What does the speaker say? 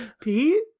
Pete